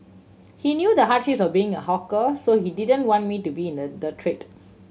he knew the hardships of being a hawker so he didn't want me to be in the the trade